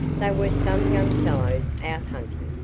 they were some young fellows out hunting,